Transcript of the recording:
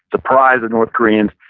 the pride of north koreans.